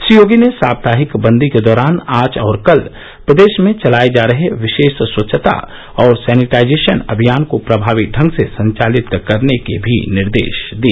श्री योगी ने साप्ताहिक बंदी के दौरान आज और कल प्रदेश में चलाए जा रहे विशेष स्वच्छता और सैनिटाइजेशन अभियान को प्रभावी ढंग से संचालित करने के भी निर्देश दिए